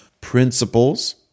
principles